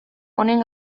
honen